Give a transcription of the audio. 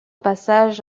passage